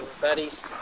buddies